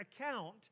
account